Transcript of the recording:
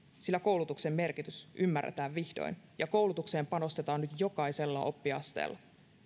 sillä koulutuksen merkitys ymmärretään vihdoin ja koulutukseen panostetaan jokaisella oppiasteella